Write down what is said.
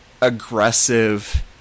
aggressive